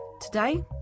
Today